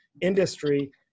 industry